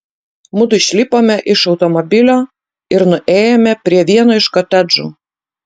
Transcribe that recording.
mudu išlipome iš automobilio ir nuėjome prie vieno iš kotedžų